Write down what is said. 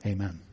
Amen